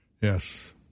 Yes